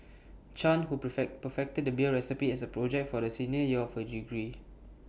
chan who prefect perfected the beer recipe as A project for the senior year of her degree